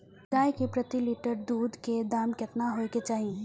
गाय के प्रति लीटर दूध के दाम केतना होय के चाही?